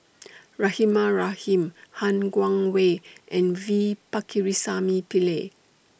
Rahimah Rahim Han Guangwei and V Pakirisamy Pillai